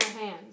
hands